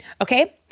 Okay